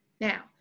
Now